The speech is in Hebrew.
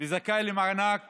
וזכאי למענק